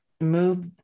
move